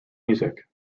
music